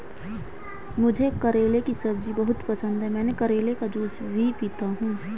मुझे करेले की सब्जी बहुत पसंद है, मैं करेले का जूस भी पीता हूं